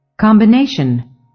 Combination